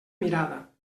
mirada